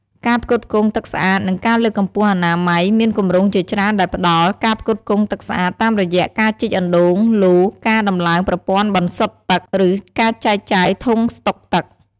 ការផ្គត់ផ្គង់ទឹកស្អាត និងការលើកកម្ពស់អនាម័យ មានគម្រោងជាច្រើនដែលផ្ដល់ ការផ្គត់ផ្គង់ទឹកស្អាត តាមរយៈការជីកអណ្ដូងលូ ការដំឡើងប្រព័ន្ធបន្សុទ្ធទឹក ឬការចែកចាយធុងស្តុកទឹក។